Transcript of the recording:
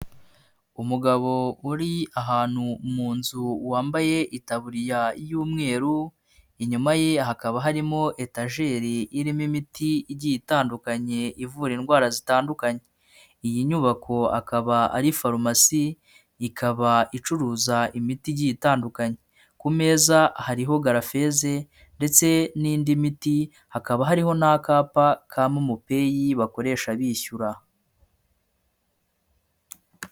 Umugabo uri ahantu mu nzu wambaye itaburiya y'umweru, inyuma ye hakaba harimo etajeri irimo imiti igiye itandukanye ivura indwara zitandukanye. Iyi nyubako akaba ari farumasi, ikaba icuruza imiti igiye itandukanye, ku meza hariho grafezi ndetse n'indi miti hakaba hariho n'akapa ka momopeyi bakoresha bishyura.